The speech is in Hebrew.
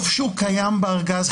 טוב שהוא קיים בארגז,